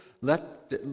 let